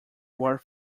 war